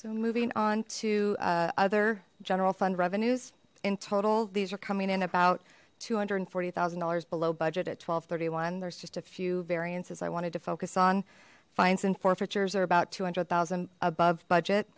so moving on to other general fund revenues in total these are coming in about two hundred and forty thousand dollars below budget at twelve thirty one there's just a few variances i wanted to focus on fines and forfeitures are about two hundred thousand above budget